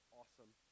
awesome